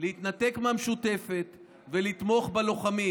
להתנתק מהמשותפת ולתמוך בלוחמים.